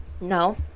No